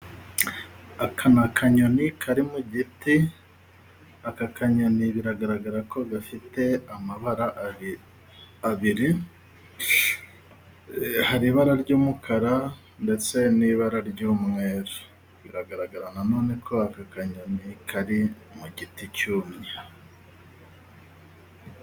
Aka ni akanyoni kari mu giti, aka kanyoni biragaragara ko gafite amabara abiri, hari ibara ry'umukara, ndetse n'ibara ry'umweru. Biragaragara na none ko aka kanyoni kari mu giti cyumye.